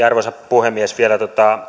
arvoisa puhemies vielä